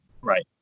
Right